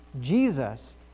jesus